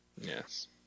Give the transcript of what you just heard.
Yes